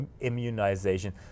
immunization